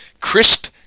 crisp